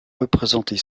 représentée